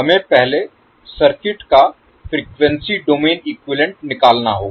हमें पहले सर्किट का फ्रीक्वेंसी डोमेन इक्विवैलेन्ट निकालना होगा